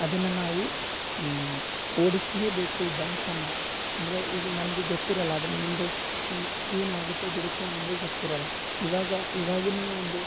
ಅದನ್ನ ನಾವು ಓಡಿಸಲೇಬೇಕು ಬೈಕನ್ನ ಅಂದರೆ ಈಗ ನಮಗೆ ಗೊತ್ತಿರಲ್ಲ ಅದು ಮುಂದೆ ಏನಾಗುತ್ತೋ ಬಿಡುತ್ತೋ ಅದು ಗೊತ್ತಿರಲ್ಲ ಇವಾಗ ಇವಾಗಿನ ಒಂದು